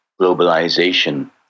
globalization